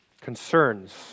concerns